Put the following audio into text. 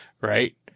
right